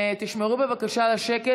תשמרו בבקשה על השקט.